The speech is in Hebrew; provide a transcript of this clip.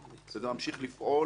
וזה ממשיך לפעול כך.